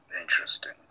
Interesting